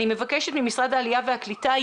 אני מבקשת ממשרד העלייה והקליטה.